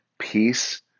peace